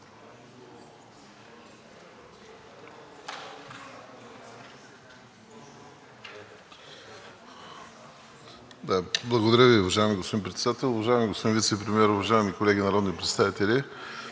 Благодаря Ви, уважаеми господин Председател. Уважаеми господин Вицепремиер, уважаеми колеги народни представители!